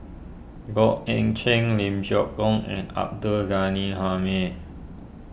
Goh Eck Lim Geok and Abdul Ghani Hamid